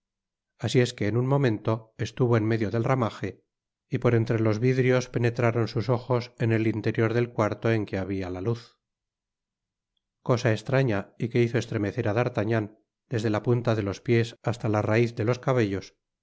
asi es que en un momento estuvo en medio del ramaje y por entre los vidrios penetraron sus ojos en el interior del cuarto en que habia la luz cosa estraña y que hizo estremecer á d'artagnan desde la punta de los piés hasta la raiz de los cabellos